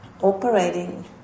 operating